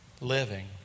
Living